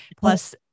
plus